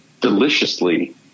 deliciously